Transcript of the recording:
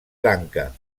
lanka